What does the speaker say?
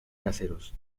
caseros